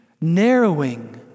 narrowing